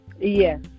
Yes